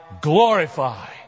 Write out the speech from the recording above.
glorify